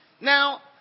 Now